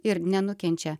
ir nenukenčia